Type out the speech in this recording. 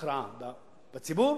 להכרעה בציבור,